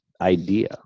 idea